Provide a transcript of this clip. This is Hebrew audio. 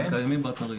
כן, קיימים באתרים.